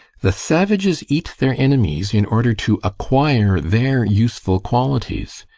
the savages eat their enemies in order to acquire their useful qualities.